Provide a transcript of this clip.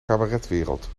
cabaretwereld